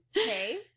Okay